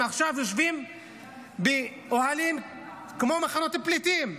הם יושבים עכשיו באוהלים כמו במחנות פליטים.